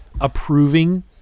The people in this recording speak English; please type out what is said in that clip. approving